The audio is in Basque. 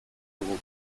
dugu